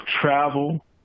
travel